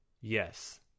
Yes